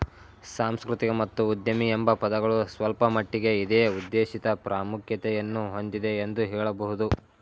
ಸಾಂಸ್ಕೃತಿಕ ಮತ್ತು ಉದ್ಯಮಿ ಎಂಬ ಪದಗಳು ಸ್ವಲ್ಪಮಟ್ಟಿಗೆ ಇದೇ ಉದ್ದೇಶಿತ ಪ್ರಾಮುಖ್ಯತೆಯನ್ನು ಹೊಂದಿದೆ ಎಂದು ಹೇಳಬಹುದು